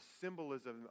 symbolism